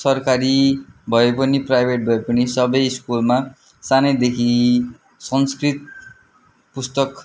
सरकारी भए पनि प्राइभेट भए पनि सबै स्कुलमा सानादेखि संस्कृत पुस्तक